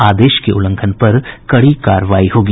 आदेश के उल्लंघन पर कड़ी कार्रवाई होगी